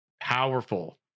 powerful